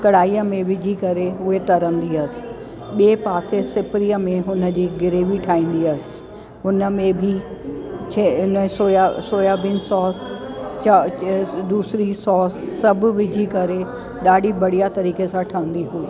कढ़ाई में विझी करे उहे तरंदी हुअसि ॿिए पासे सिपरीअ में हुन जी ग्रेवी ठाहींदी हुअसि हुन में बि छे उन सोया सोयाबीन सॉस च दूसरी सॉस सभु विझी करे ॾाढी बढ़िया तरीक़े सां ठहींदी हुई